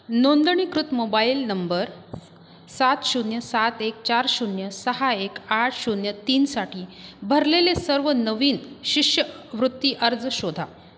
नोंदणीकृत mobile number सात शून्य सात एक चार शून्य सहा एक आठ शून्य तीनसाठी भरलेले सर्व नवीन शिष्यवृत्ती अर्ज शोधा